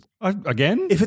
Again